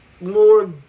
more